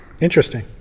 Interesting